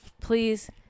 please